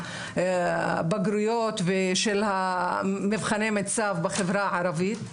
הבגרויות ושל מבחני מיצ"ב בחברה הערבית,